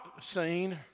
seen